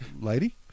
lady